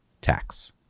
tax